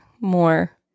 more